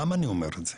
מדוע אני אומר את זה?